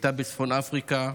הייתה בצפון אפריקה,